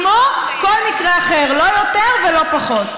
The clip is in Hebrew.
בדיוק כמו כל מקרה אחר, לא יותר ולא פחות.